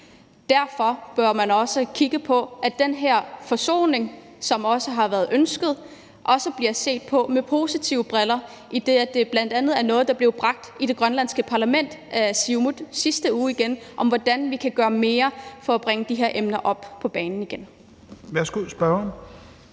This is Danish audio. Derfor bør man også kigge på, at den her forsoning, som har været ønsket, bliver set på med positive briller, idet det bl.a. er noget, der blev bragt op igen af Siumut i det grønlandske parlament i sidste uge, om, hvordan vi kan gøre mere for at bringe de her emner på bane igen.